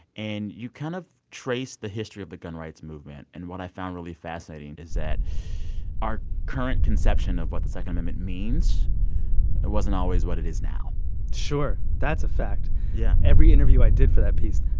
and you kind of trace the history of the gun rights movement. and what i found really fascinating is that our current conception of what the second amendment means it wasn't always what it is now sure. that's fact yeah every interview i did for that piece,